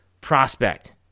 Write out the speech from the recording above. prospect